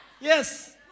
Yes